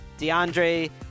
DeAndre